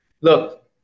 Look